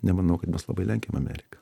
nemanau kad mes labai lenkiam ameriką